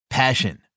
Passion